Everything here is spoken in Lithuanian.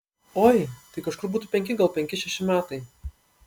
oi tai kažkur būtų penki gal penki šeši metai